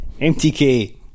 MTK